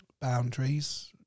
boundaries